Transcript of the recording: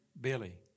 Billy